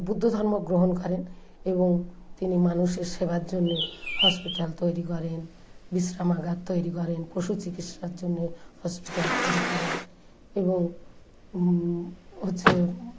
বুদ্ধ ধর্ম গ্রহণ করেন এবং তিনি মানুষের সেবার জন্য হসপিটাল তৈরি করেন বিশ্রামাগার তৈরি করেন পশু চিকিৎসার জন্য হসপিটাল তৈরি করেন এবং হচ্ছে